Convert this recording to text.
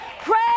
Pray